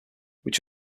which